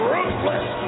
Ruthless